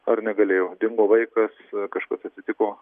ar negalėjo dingo vaikas kažkas atsitiko